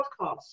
podcast